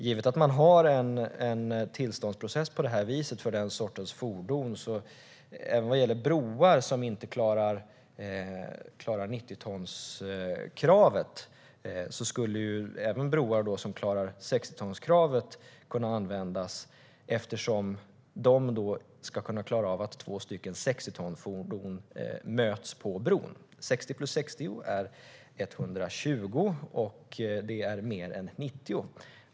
Givet att man har en tillståndsprocess på detta vis för denna sorts fordon skulle broar som inte klarar 90-tonskravet men 60-tonskravet kunna användas eftersom de ska kunna klara av att två 60-tonsfordon möts på bron. 60 plus 60 är 120, vilket är mer än 90.